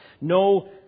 no